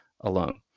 alone